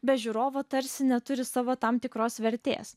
be žiūrovo tarsi neturi savo tam tikros vertės